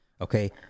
okay